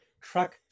truck